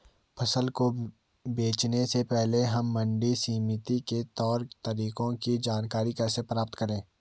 फसल को बेचने से पहले हम मंडी समिति के तौर तरीकों की जानकारी कैसे प्राप्त करें?